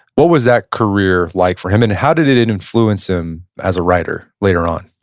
what was that career like for him and how did it it influence him as a writer later on?